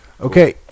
Okay